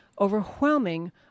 overwhelming